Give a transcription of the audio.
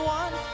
one